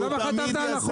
למה חתמת על החוק?